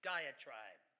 Diatribe